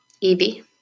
Evie